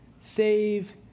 Save